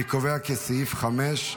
אני קובע כי סעיף 4,